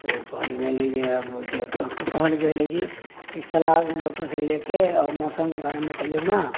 ओ कहल गेल है जे ओ कहल गेलहँ जे ई सलाह डॉक्टर सभसे लेके मौसम के बारे मे बतैयौ नऽ